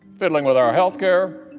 fiddling with our health care